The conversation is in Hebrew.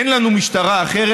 אין לנו משטרה אחרת.